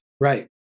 Right